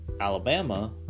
Alabama